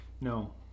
No